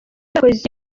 bakoze